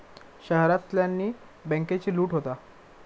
शहरांतल्यानी बॅन्केची लूट होता